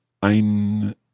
ein